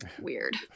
Weird